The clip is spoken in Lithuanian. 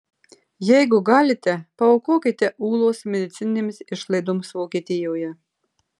jeigu galite paaukokite ūlos medicininėms išlaidoms vokietijoje